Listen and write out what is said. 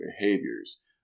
behaviors